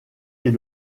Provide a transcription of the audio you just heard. est